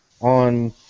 on